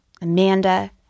Amanda